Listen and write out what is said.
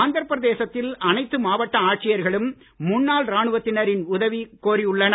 ஆந்திரபிரதேசத்தில் அனைத்து மாவட்ட ஆட்சியர்களும் முன்னாள் ராணுவத்தினரின் உதவியை கோரி உள்ளனர்